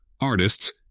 artists